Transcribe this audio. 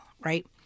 right